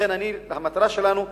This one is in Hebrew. לכן המטרה שלנו היא,